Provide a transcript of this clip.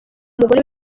mugore